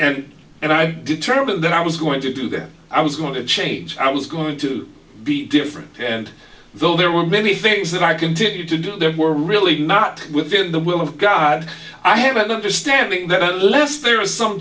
and and i determined that i was going to do that i was going to change i was going to be different and though there were many things that i continued to do they were really not within the will of god i have an understanding that unless there is some